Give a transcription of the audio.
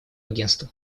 агентству